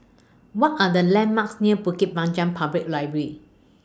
What Are The landmarks near Bukit Panjang Public Library